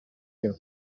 you